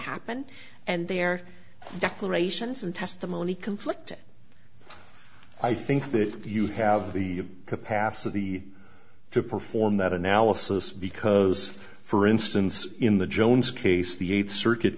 happened and their declarations and testimony conflict i think that you have the capacity to perform that analysis because for instance in the jones case the eighth circuit